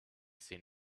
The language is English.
seen